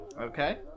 Okay